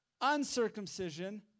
uncircumcision